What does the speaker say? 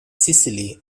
sicily